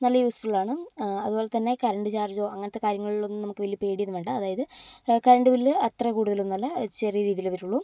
നല്ല യൂസ്ഫുൾ ആണ് അതുപോലെ തന്നെ കറണ്ട് ചാർജോ അങ്ങനത്തെ കാര്യങ്ങളിലൊന്നും നമുക്ക് വലിയ പേടിയൊന്നും വേണ്ട അതായത് കറണ്ട് ബില്ല് അത്ര കൂടുതലൊന്നും അല്ല ചെറിയ രീതിയിലെ വരുള്ളൂ